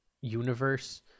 universe